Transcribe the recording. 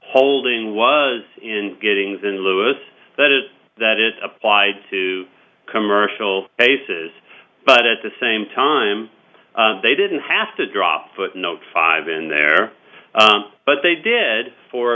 holding was in getting xin lewis that is that it applied to commercial cases but at the same time they didn't have to drop footnote five in there but they did for